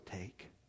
take